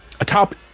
atop